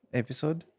episode